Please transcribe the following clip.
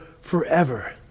forever